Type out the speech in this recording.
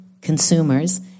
consumers